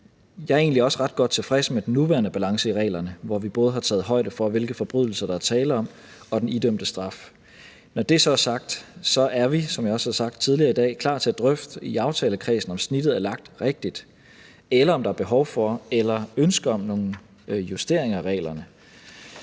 egentlig også ret godt tilfreds med den nuværende balance i reglerne, hvor vi både har taget højde for, hvilke forbrydelser der er tale om, og den idømte straf. Når det så er sagt, er vi, som jeg også har sagt tidligere i dag, klar til at drøfte i aftalekredsen, om snittet er lagt rigtigt, eller om der er behov for eller ønske om en justering af reglerne.